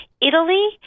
Italy